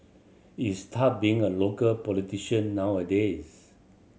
it's tough being a local politician nowadays